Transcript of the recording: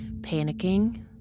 panicking